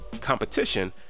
competition